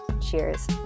cheers